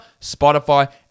Spotify